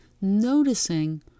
noticing